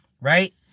Right